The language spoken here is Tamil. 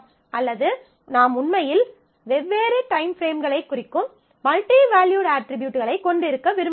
அல்லது நாம் உண்மையில் வெவ்வேறு டைம் பிரேம்களைக் குறிக்கும் மல்டிவேல்யு அட்ரிபியூட் கொண்டிருக்க விரும்பலாம்